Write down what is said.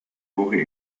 woche